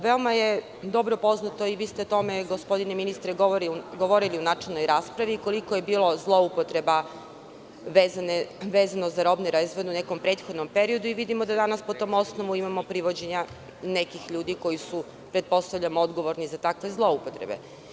Veoma je dobro poznato i vi ste o tome, gospodine ministre, govorili u načelnoj raspravi koliko je bilo zaloupotreba vezano za robne rezerve u nekom prethodnom periodu i vidimo da danas po tom osnovu imamo privođenja nekih ljudi koji su pretpostavljam odgovorni za takve zloupotrebe.